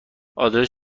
آدرس